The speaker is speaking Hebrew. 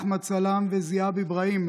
אחמד סאלם וזיאד אבראהים,